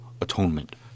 atonement